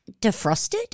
defrosted